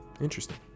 Interesting